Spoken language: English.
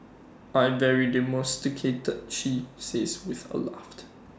I very domesticated she says with A laughed